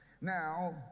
Now